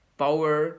power